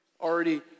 already